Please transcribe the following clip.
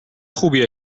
خوبی